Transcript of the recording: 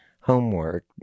homework